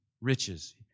Riches